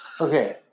Okay